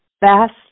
best